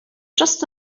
just